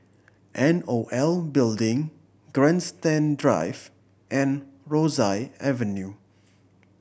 N O L Building Grandstand Drive and Rosyth Avenue